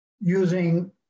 using